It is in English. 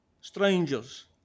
strangers